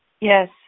Yes